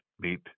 meet